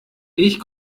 ich